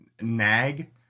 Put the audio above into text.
nag